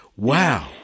Wow